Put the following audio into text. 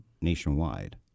nationwide